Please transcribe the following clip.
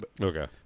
Okay